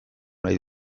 nahi